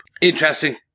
Interesting